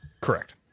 Correct